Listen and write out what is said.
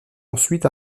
ensuite